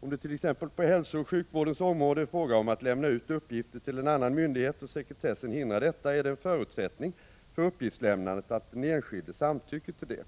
Om det t.ex. på hälsooch sjukvårdens område är fråga om att lämna ut uppgifter till en annan myndighet och sekretessen hindrar detta, är det en förutsättning för uppgiftslämnandet att den enskilde samtycker till det.